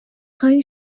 خاین